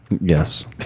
Yes